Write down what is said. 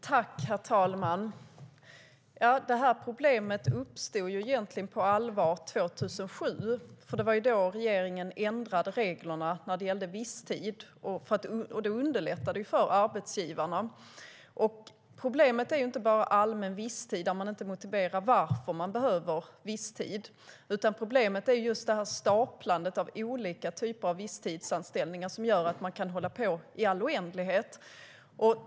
Herr talman! Problemet uppstod egentligen på allvar 2007, för det var då regeringen ändrade reglerna för visstidsanställningar. Det underlättade för arbetsgivarna. Problemet är inte bara allmän visstid och att man inte motiverar varför man behöver visstidsanställda, utan problemet är staplandet av olika typer av visstidsanställningar som gör att de kan pågå i all oändlighet.